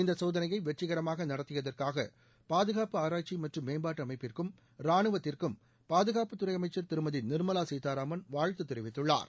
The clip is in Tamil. இந்த சோதனையை வெற்றிகரமாக நடத்தியதற்காக பாதுகாப்பு ஆராய்ச்சி மற்றும் மேம்பாட்டு அமைப்பிற்கும் ராணுவத்திற்கும் பாதுகாப்புத்துறை அமைச்ச் திருமதி நிாமலா சீதாராமன் வாழ்த்து தெரிவித்துள்ளார்